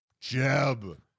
jeb